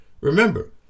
Remember